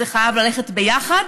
זה חייב ללכת ביחד,